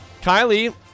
Kylie